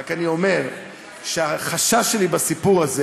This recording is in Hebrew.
רק אני אומר שהחשש שלי בסיפור הזה